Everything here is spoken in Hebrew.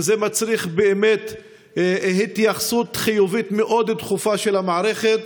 וזה מצריך באמת התייחסות חיובית מאוד דחופה של המערכת.